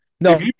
No